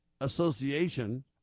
Association